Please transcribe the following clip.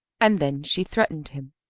and then she threatened him.